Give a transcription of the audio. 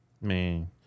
Man